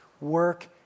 work